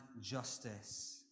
justice